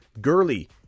Gurley